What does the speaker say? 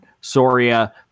Soria